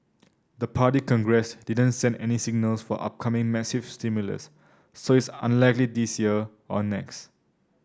the Party Congress didn't send any signals for upcoming massive stimulus so it's unlikely this year or next